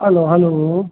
hello hello